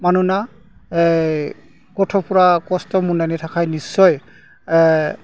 मानोना गथ'फ्रा खस्थ' मोन्नायनि थाखाय निस्सय